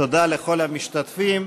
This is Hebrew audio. תודה לכל המשתתפים.